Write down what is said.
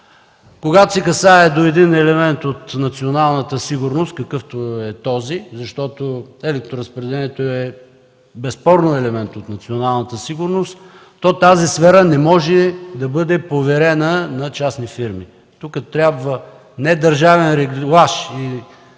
Когато се касае до елемент от националната сигурност, какъвто е този, защото електроразпределението безспорно е елемент от националната сигурност, то тази сфера не може да бъде поверена на частни фирми. Тук трябва не държавен реглаж и контрол